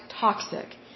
toxic